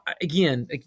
again